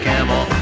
Camel